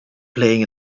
playing